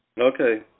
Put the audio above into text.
Okay